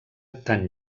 tan